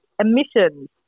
emissions